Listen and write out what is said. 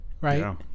Right